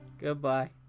Goodbye